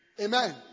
Amen